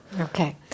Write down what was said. Okay